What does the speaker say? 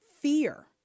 fear